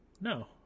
no